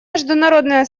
международное